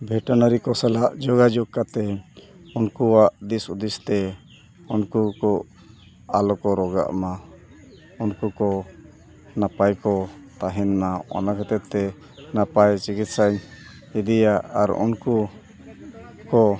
ᱵᱷᱮᱴᱮᱱᱟᱨᱤ ᱠᱚ ᱥᱟᱞᱟᱜ ᱡᱳᱜᱟᱡᱳᱜᱽ ᱠᱟᱛᱮᱫ ᱩᱱᱠᱩᱣᱟᱜ ᱫᱤᱥ ᱦᱩᱫᱤᱥᱛᱮ ᱩᱱᱠᱩ ᱠᱚ ᱟᱞᱚ ᱠᱚ ᱨᱳᱜᱟᱜ ᱢᱟ ᱩᱱᱠᱩ ᱠᱚ ᱱᱟᱯᱟᱭ ᱠᱚ ᱛᱟᱦᱮᱱᱢᱟ ᱚᱱᱟ ᱠᱷᱟᱹᱛᱤᱨᱛᱮ ᱱᱟᱯᱟᱭ ᱪᱤᱠᱤᱛᱥᱟᱧ ᱤᱫᱤᱭᱟ ᱟᱨ ᱩᱱᱠᱩ ᱠᱚ